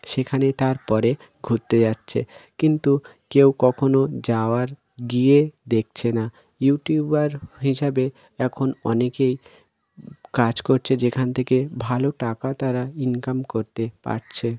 সেখানে তার পরে ঘুরতে যাচ্ছে কিন্তু কেউ কখনও যাওয়ার গিয়ে দেখছে না ইউটিউবার হিসাবে এখন অনেকেই কাজ করছে যেখান থেকে ভালো টাকা তারা ইনকাম করতে পারছে